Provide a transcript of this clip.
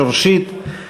שורשית,